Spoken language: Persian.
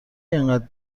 اینقدر